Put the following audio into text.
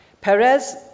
Perez